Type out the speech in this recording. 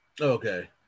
Okay